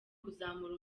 kuzamura